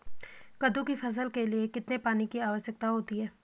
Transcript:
कद्दू की फसल के लिए कितने पानी की आवश्यकता होती है?